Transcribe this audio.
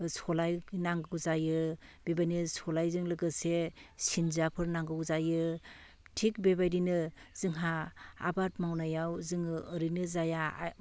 सलाय नांगौ जायो बेबायदिनो सलायजों लोगोसे सिंजाफोर नांगौ जायो थिग बेबायदिनो जोंहा आबाद मावनायाव जोङो ओरैनो जाया